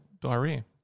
diarrhea